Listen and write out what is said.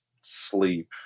sleep